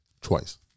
Twice